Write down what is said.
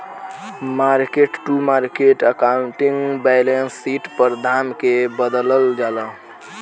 market to market accounting balance sheet पर दाम के बदलल जाला